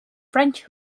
french